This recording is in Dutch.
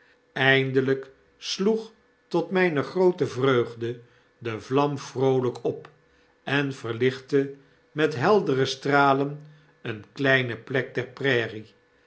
eindelijk sloeg tot myne groote vreugde de vlam vroolijk op en verlichtte met heldere stralen eene kleine plek der prairien